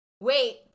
Wait